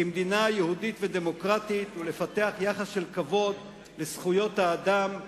כמדינה יהודית ודמוקרטית ולפתח יחס של כבוד לזכויות האדם,